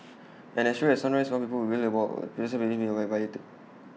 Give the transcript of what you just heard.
and as sure as A sunrise some people will wail about personal freedoms being violated